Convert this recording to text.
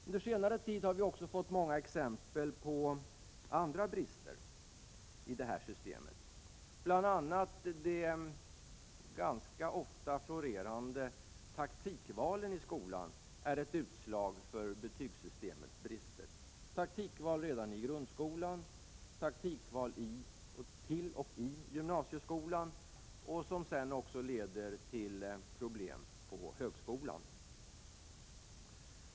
Under senare tid har vi också fått många exempel på andra brister i det här systemet. Bl. a. är de ganska ofta florerande taktikvalen i skolan ett utslag av betygssystemets brister. Det sker taktikval redan i grundskolan och det sker till och med i gymnasieskolan, vilket sedan leder till problem på högskolan.